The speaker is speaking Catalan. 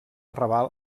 raval